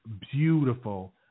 Beautiful